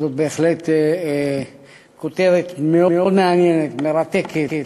זאת בהחלט כותרת מאוד מעניינת, מרתקת,